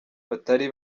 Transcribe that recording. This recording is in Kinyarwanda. batari